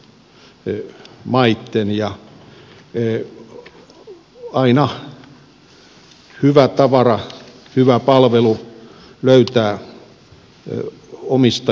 aina hyvä tavara hyvä palvelu löytää omistajansa